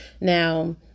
Now